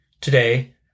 Today